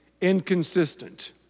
inconsistent